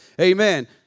Amen